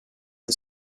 the